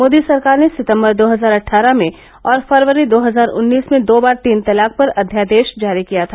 मोदी सरकार ने सितम्बर दो हजार अट्ठारह में और फरवरी दो हजार उन्नीस में दो बार तीन तलाक पर अध्यादेश जारी किया था